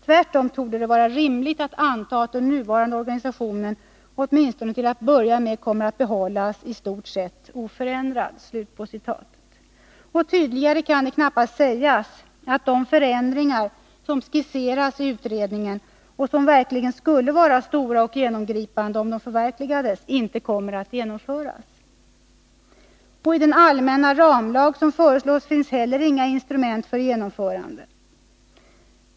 Tvärtom torde det vara rimligt att anta att den nuvarande organisationen åtminstone till att börja med kommer att behållas i stort sett oförändrad.” Tydligare kan det knappast sägas att de förändringar som skisseras i utredningen — som verkligen skulle vara stora och genomgripande om de förverkligades — inte kommer att genomföras. I den allmänna ramlag som föreslås finns inte heller några instrument för genomförande.